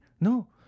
no